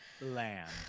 land